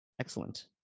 Excellent